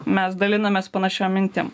mes dalinamės panašiom mintim